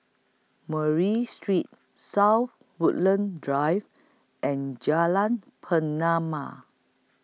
Murray Street South Woodlands Drive and Jalan Pernama